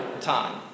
time